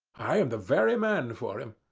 i am the very man for him.